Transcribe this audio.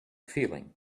feeling